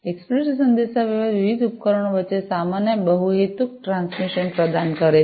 explicit સંદેશાવ્યવહાર વિવિધ ઉપકરણો વચ્ચે સામાન્ય બહુહેતુક ટ્રાન્સમિશન પ્રદાન કરે છે